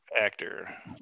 actor